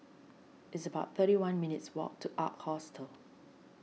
it's about thirty one minutes' walk to Ark Hostel